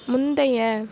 முந்தைய